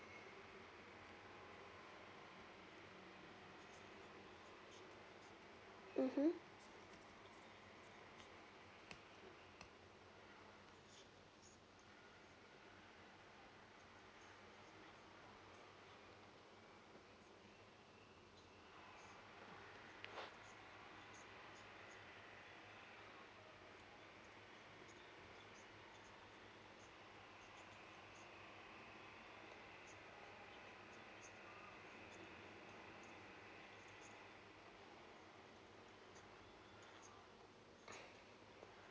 mmhmm